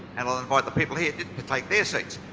and i'll invite the people here to take their seats.